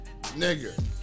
Nigga